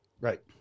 Right